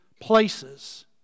places